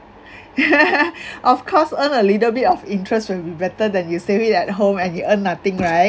of course earn a little bit of interest will be better than you save it at home and you earn nothing right